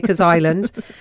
Island